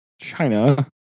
China